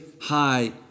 high